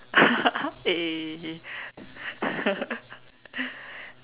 eh